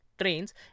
trains